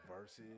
versus